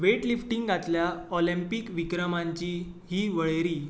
वेटलिफ्टिंगांतल्या Olympic विक्रमांची ही वळेरी